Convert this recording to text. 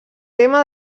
tema